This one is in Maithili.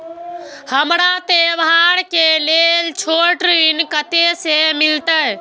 हमरा त्योहार के लेल छोट ऋण कते से मिलते?